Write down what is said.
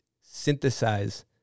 synthesize